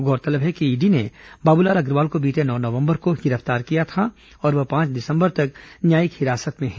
गौरतलब है कि ईडी ने बाबूलाल अग्रवाल को बीते नौ नवंबर को गिरफ्तार किया था और वह पांच दिसंबर तक न्यायिक हिरासत में है